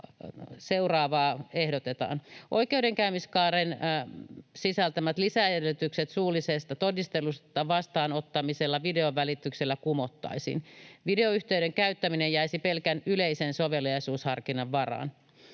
seuraavaa: Oikeudenkäymiskaaren sisältämät lisäedellytykset suullisen todistelun vastaanottamisesta videon välityksellä kumottaisiin. Videoyhteyden käyttäminen jäisi pelkän yleisen soveliaisuusharkinnan varaan.